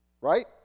right